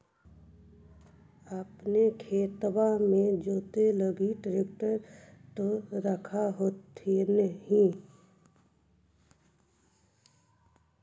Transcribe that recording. अपने खेतबा मे जोते लगी ट्रेक्टर तो रख होथिन?